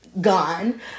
gone